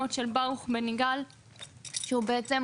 יודע לשאול.